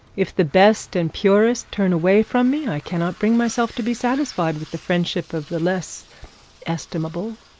if the best and purest turn away from me, i cannot bring myself to be satisfied with the friendship of the less estimable.